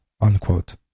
unquote